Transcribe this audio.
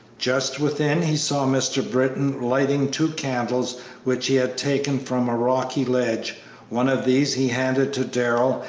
just within he saw mr. britton lighting two candles which he had taken from a rocky ledge one of these he handed to darrell,